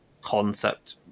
concept